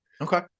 Okay